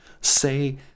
say